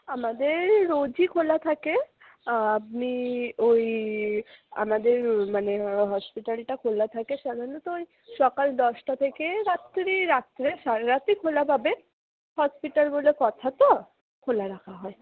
আমাদের রোজই খোলা থাকে আপনি ওই আমাদের মানে হসপিটালটা খোলা থাকে সাধারণত ওই সকাল দশটা থেকে রাত্রি রাত্রে সারা রাতই খোলা পাবে হসপিটাল বলে কথা তো খোলা রাখা হয়